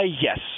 Yes